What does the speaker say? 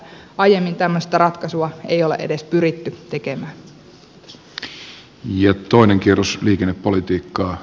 aiemmin tämmöistä ratkaisua ei ole edes pyritty tekemään